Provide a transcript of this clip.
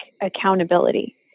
accountability